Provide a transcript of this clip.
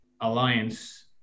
Alliance